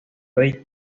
rey